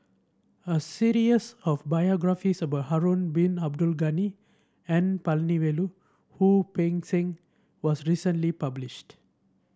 a series of biographies about Harun Bin Abdul Ghani N Palanivelu Wu Peng Seng was recently published